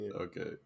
Okay